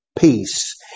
peace